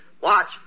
watch